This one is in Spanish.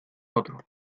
otro